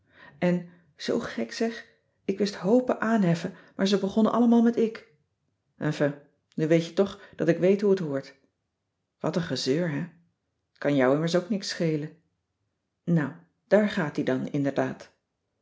en zoo gek zeg ik wist hoopen aanheffen maar ze begonnen allemaal met ik enfin nu weet je toch dat ik weet hoe t hoort wat een gezeur hè t kan jou immers ook niets schelen nou daar gaat ie dan inderdaad